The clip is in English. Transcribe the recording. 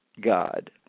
God